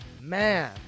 Man